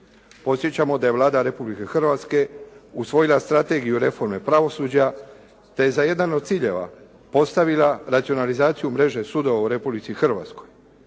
Podsjećamo da je Vlada Republike Hrvatske usvojila strategiju reforme pravosuđa te za jedan od ciljeva postavila racionalizaciju mreže sudova u Republici Hrvatskoj.